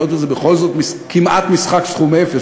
היות שזה בכל זאת כמעט משחק סכום אפס,